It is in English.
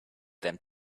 them